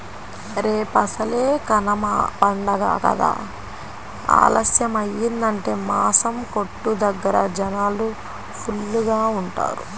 రేపసలే కనమ పండగ కదా ఆలస్యమయ్యిందంటే మాసం కొట్టు దగ్గర జనాలు ఫుల్లుగా ఉంటారు